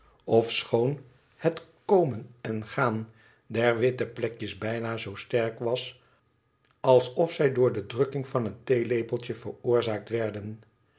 ofischoon het komen en gaan der witte plekjes bijna zoosterk was alsof zij door de drukking van het theelepeltje veroorzaakt werden